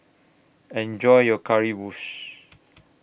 Enjoy your Currywurst